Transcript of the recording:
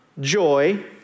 joy